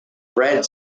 fred